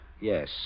Yes